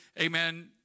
amen